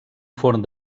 forn